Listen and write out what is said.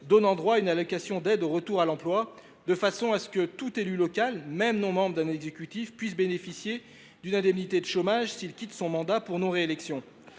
ouvrant droit à l’allocation d’aide au retour à l’emploi (ARE), de sorte que tout élu local, même non membre d’un exécutif, puisse bénéficier d’une indemnité de chômage lorsqu’il quitte son mandat pour cause de non réélection.